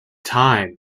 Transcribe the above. time